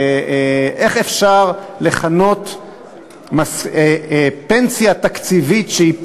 איך אפשר לכנות פנסיה תקציבית שהיא